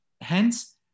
Hence